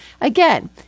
again